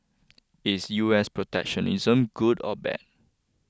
is U S protectionism good or bad